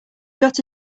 got